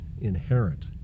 inherent